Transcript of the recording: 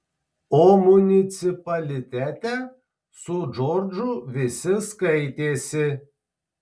o municipalitete su džordžu visi skaitėsi